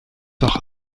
doch